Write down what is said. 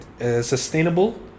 sustainable